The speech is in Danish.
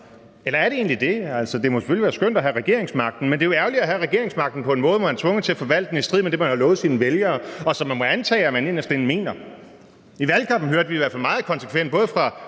eller er det egentlig det? Altså, det må selvfølgelig være skønt at have regeringsmagten, men det er jo ærgerligt at have regeringsmagten på en måde, hvor man er tvunget til at forvalte den i strid med det, man har lovet sine vælgere, og som man må antage at man inderst inde mener. I valgkampen hørte vi i hvert fald meget konsekvent – både fra